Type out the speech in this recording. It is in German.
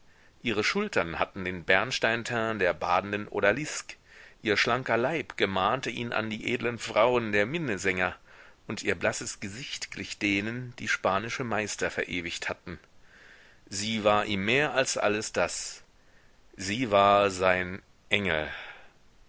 ihre schultern hatten den bernsteinteint der badenden odaliske ihr schlanker leib gemahnte ihn an die edlen vrouwen der minnesänger und ihr blasses gesicht glich denen die spanische meister verewigt hatten sie war ihm mehr als alles das sie war sein engel